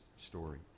story